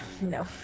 no